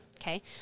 Okay